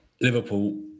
Liverpool